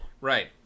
Right